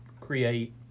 create